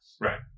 Right